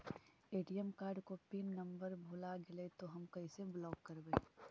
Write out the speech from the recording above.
ATM card को pin number भुला गैले तौ हम कैसे ब्लॉक करवै?